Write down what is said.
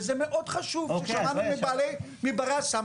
וזה מאוד חשוב ששמענו מברי הסמכא,